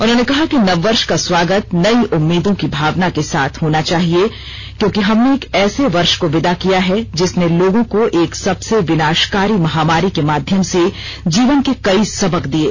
उन्होंने कहा कि नववर्ष का स्वागत नई उम्मीदों की भावना के साथ होना चाहिये क्योंकि हमने एक ऐसे वर्ष को विदा किया है जिसने लोगों को एक सबसे विनाशकारी महामारी के माध्यम से जीवन के कई सबक दिये